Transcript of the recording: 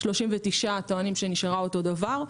39 טוענים שנשארה אותו דבר.